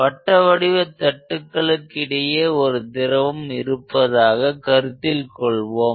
வட்டவடிவ தட்டுகளுக்கு இடையே ஒரு திரவம் இருப்பதாக கருத்தில் கொள்வோம்